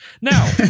now